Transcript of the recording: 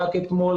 המספר הזה,